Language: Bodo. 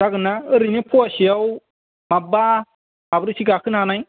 जागोनना ओरैनो पवासेयाव माबा माब्रैसो गाखोनो हानाय